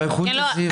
באיכות הסביבה.